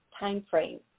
timeframe